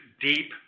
deep